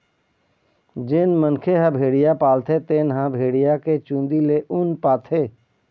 जेन मनखे ह भेड़िया पालथे तेन ह भेड़िया के चूंदी ले ऊन पाथे